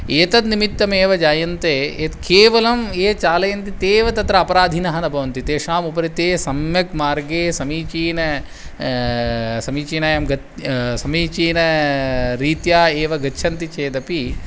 एतद्निमित्तमेव जायन्ते यत् केवलं ये चालयन्ति ते एव तत्र अपराधिनः न भवन्ति तेषामुपरि ते सम्यक् मार्गे समीचीनं समीचीन गत् समीचीनं रीत्या एव गच्छन्ति चेदपि